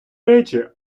речі